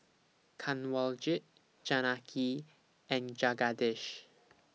Kanwaljit Janaki and Jagadish